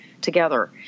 together